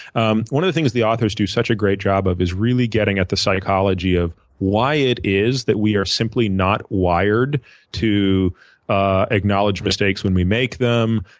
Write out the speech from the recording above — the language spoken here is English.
um one of the things the authors do such a great job of is really getting at the psychology of why it is that we are simply not wired to ah acknowledge mistakes when we make them,